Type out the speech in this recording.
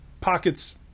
pockets